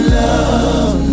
love